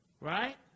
Right